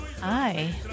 Hi